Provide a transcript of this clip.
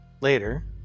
Later